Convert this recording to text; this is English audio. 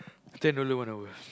ten dollar one hour